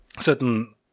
certain